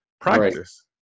Practice